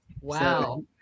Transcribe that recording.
wow